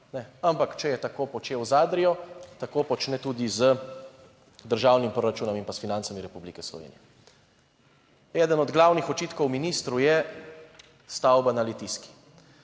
ampak če je tako počel z Adrio, tako počne tudi z državnim proračunom in s financami Republike Slovenije. Eden od glavnih očitkov ministru je stavba na Litijski.